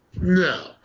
No